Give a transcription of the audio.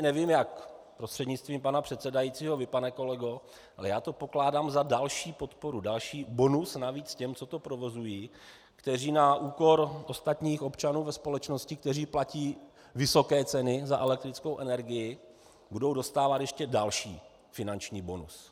Nevím, jak, prostřednictvím pana předsedajícího, vy, pane kolego, ale já to pokládám za další podporu, další bonus navíc těm, co to provozují, kteří na úkor ostatních občanů ve společnosti, kteří platí vysoké ceny za elektrickou energii, budou dostávat ještě další finanční bonus.